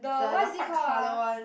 the the white colour one